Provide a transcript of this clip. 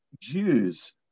Jews